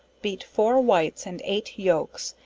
beat four whites and eight yolks,